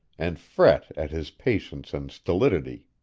and fret at his patience and stolidity.